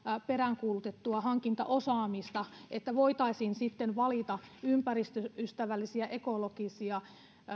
peräänkuulutettua hankintaosaamista että voitaisiin sitten valita ympäristöystävällisiä ekologisia